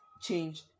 change